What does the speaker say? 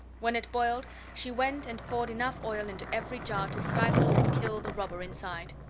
when it boiled she went and poured enough oil into every jar to stifle and kill the robber inside.